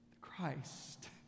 Christ